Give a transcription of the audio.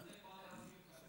החוק הזה בא להציל את הניצולים.